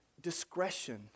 discretion